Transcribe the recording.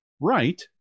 right